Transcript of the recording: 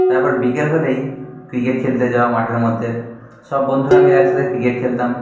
তারপর বিকেল হলেই ক্রিকেট খেলতে যাওয়া মাঠের মধ্যে সব বন্ধুরা মিলে একসাথে ক্রিকেট খেলতাম